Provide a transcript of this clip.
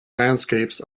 landscapes